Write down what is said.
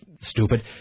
stupid